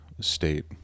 state